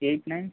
eight nine